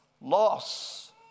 Loss